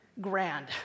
grand